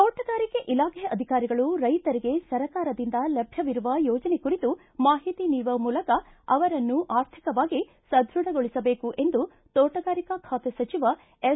ತೋಟಗಾರಿಕೆ ಇಲಾಖೆ ಅಧಿಕಾರಿಗಳು ರೈತರಿಗೆ ಸರ್ಕಾರದಿಂದ ಲಭ್ಯವಿರುವ ಯೋಜನೆ ಕುರಿತು ಮಾಹಿತಿ ನೀಡುವ ಮೂಲಕ ಅವರನ್ನು ಆರ್ಥಿಕವಾಗಿ ಸಧ್ಯಡಗೊಳಸಬೇಕು ಎಂದು ತೋಟಗಾರಿಕಾ ಖಾತೆ ಸಚಿವ ಎಂ